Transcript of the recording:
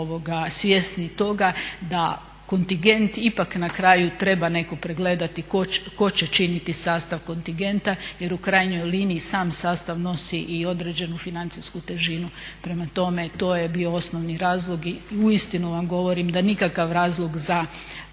svjesni toga da kontingent ipak na kraju treba netko pregledati, tko će činiti sastav kontingenta jer u krajnjoj liniji sam sastav nosi i određenu financijsku težinu. Prema tome to je bio osnovni razlog i uistinu vam govorim da nikakav razlog za